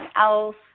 else